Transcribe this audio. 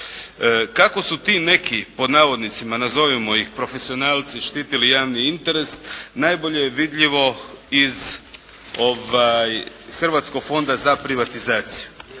Kako su ti neki, pod navodnicima, nazovimo ih profesionalci štitili javni interes, najbolje je vidljivo iz Hrvatskog fonda za privatizaciju.